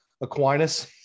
Aquinas